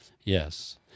Yes